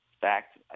fact